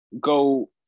go